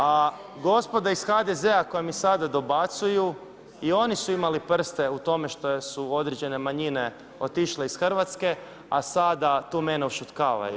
A gospoda iz HDZ-a koja mi sada dobacuju i oni su imali prste u tome što su određene manjine otišle iz Hrvatske, a sada tu mene ušutkavaju.